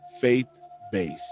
faith-based